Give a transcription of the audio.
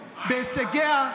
בהישגיה,